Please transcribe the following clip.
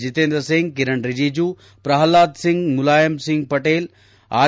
Jitendra Singh Kiren Rijiju Prahlad Singh Mulayam Singh Patel R